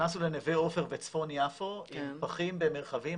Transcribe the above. נכנסנו לנווה עופר וצפון יפו עם פחים במרחבים.